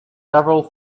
several